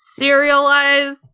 serialize